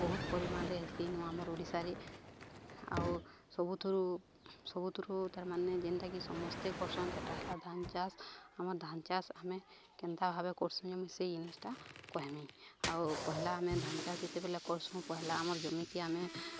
ବହୁତ ପରିମାଣରେ ହେସି ନୁହଁ ଆମର୍ ଓଡ଼ିଶାରେ ଆଉ ସବୁଥିରୁ ସବୁଥିରୁ ତାର୍ ମାନେ ଯେନ୍ତାକି ସମସ୍ତେ କରସନ୍ ସେଟା ହେଲା ଧାନ ଚାଷ ଆମର୍ ଧାନ ଚାଷ ଆମେ କେନ୍ତା ଭାବେ କରସୁଁ ଆମ ସେଇ ଜିନିଷଟା କହିମି ଆଉ ପହଲା ଆମେ ଧାନ ଚାଷ ଯେତେବେଲେ କରସୁଁ ପହିଲା ଆମର୍ ଜମିିକି ଆମେ